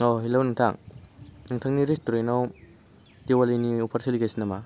औ हेलौ नोंथां नोंथांनि रेस्ट'रेन्टाव दिवालीनि अफार सोलिगासिनो नामा